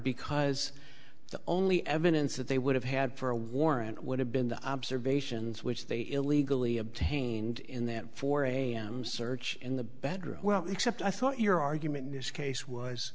because the only evidence that they would have had for a warrant would have been the observations which they illegally obtained in that four am search in the bedroom well except i thought your argument in this case was